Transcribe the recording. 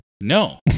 no